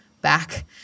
back